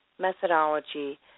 methodology